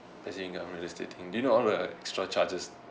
as unrealistic thing do you know all the extra charges